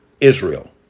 Israel